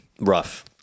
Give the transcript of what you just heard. Rough